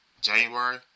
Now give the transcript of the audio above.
January